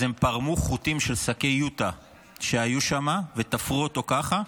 אז הם פרמו חוטים של שקי יוטה שהיו שם ותפרו אותו ככה,